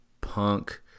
Punk